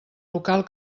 local